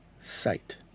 sight